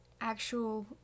actual